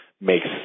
makes